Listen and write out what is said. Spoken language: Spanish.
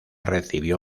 recibió